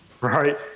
Right